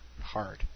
hard